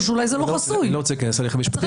לא רוצה להיכנס להליך המשפטי.